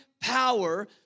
power